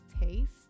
taste